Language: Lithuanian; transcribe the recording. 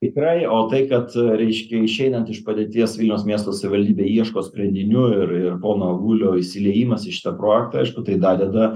tikrai o tai kad ryškia išeinant iš padėties vilniaus miesto savivaldybė ieškos sprendinių ir ir pono avulio įsiliejimas į šitą projektą aišku tai dadeda